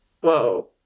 Whoa